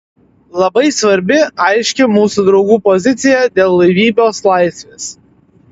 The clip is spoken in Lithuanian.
labai svarbi aiški mūsų draugų pozicija dėl laivybos laisvės